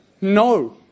no